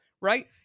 Right